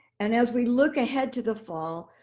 and as we look ahead to the fall,